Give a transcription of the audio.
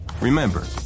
Remember